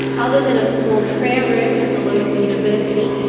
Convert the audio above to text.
other than a small prayer room at the local university,